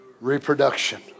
reproduction